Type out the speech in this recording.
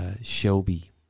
Shelby